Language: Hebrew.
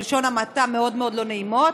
בלשון המעטה, מאוד מאוד לא נעימות.